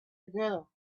together